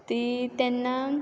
ती तेन्ना